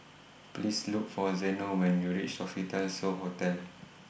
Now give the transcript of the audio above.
Please Look For Zeno when YOU REACH Sofitel So Hotel